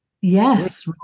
yes